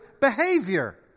behavior